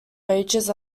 wages